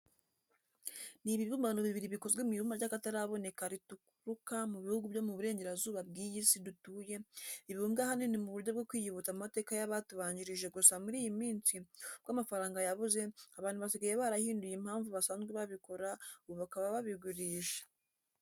Ni ibibumbano bibiri bikozwe mu ibumba ry'akataraboneka rituruka mu bihugu byo mu burengerazuba bw'iyi si dutuye, bibumbwa ahanini mu buryo bwo kwiyibutsa amateka y'abatubanjirije gusa muri iyi minsi ubwo amafaranga yabuze abantu basigaye barahinduye impamvu basanzwe babikora ubu bakaba babigurisha.